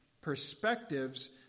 perspectives